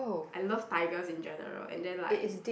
I love tigers in general and then like